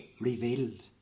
revealed